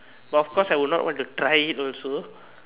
but of course I would not want to try it also